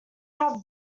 have